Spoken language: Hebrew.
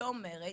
שאומרת